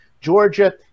Georgia